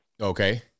Okay